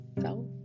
self